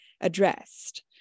addressed